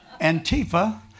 Antifa